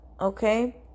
okay